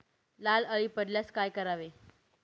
लाल अळी पडल्यास काय करावे?